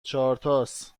چهارتاس